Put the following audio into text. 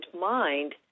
mind